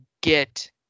get